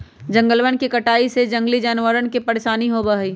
जंगलवन के कटाई से जंगली जानवरवन के परेशानी होबा हई